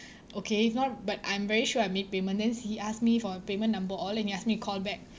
okay it's not but I'm very sure I made payment then he asked me for a payment number all and he asked me to call back